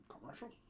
Commercials